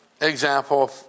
example